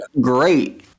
great